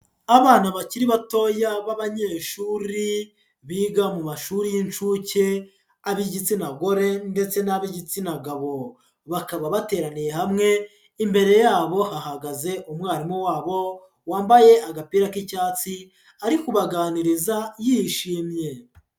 Abana bakiri batoya b'abanyeshuri biga mu mashuri y'inshuke ab'igitsina gore ndetse n'ab'igitsina gabo, bakaba bateraniye hamwe imbere yabo hahagaze umwarimu wabo wambaye agapira k'icyatsi ari kubaganiriza yishimye.